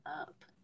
up